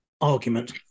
argument